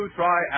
try